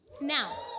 Now